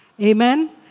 Amen